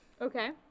Okay